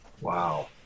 Wow